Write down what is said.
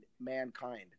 mankind